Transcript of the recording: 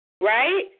Right